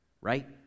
Right